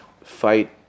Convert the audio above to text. fight